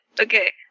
Okay